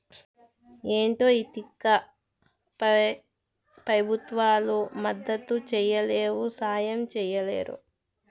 ఏంటో ఈ తిక్క పెబుత్వాలు మద్దతు ధరియ్యలేవు, సాయం చెయ్యలేరు